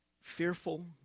fearful